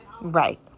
Right